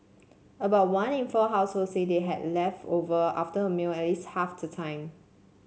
about one in four household said they had leftovers after a meal at least half the time